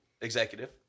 executive